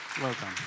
Welcome